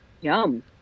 Yum